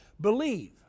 believe